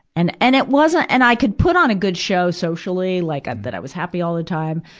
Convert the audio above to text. and, and it wasn't and i could put on a good show socially, like ah that i was happy all the time.